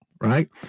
right